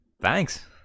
Thanks